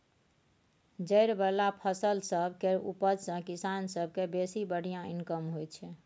जरि बला फसिल सब केर उपज सँ किसान सब केँ बेसी बढ़िया इनकम होइ छै